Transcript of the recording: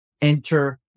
enter